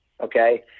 Okay